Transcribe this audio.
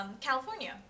California